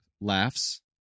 laughs